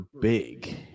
big